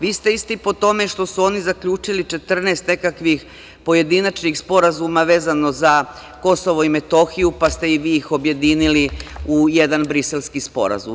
Vi ste isti i po tome što su oni zaključili 14 nekakvih pojedinačnih sporazuma vezano za Kosovo i Metohiju, pa ste ih vi objedinili u jedan Briselski sporazum.